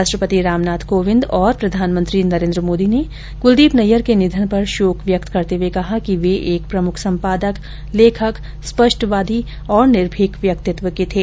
राष्ट्रपति रामनाथ कोविंद और प्रधानमंत्री नरेन्द्र मोदी ने कुलदीप नैयर के निधन पर शोक व्यक्त करते हुए कहा कि वे एक प्रमुख संपादक लेखक स्पष्टवादी और निर्भीक व्यक्तित्व के थे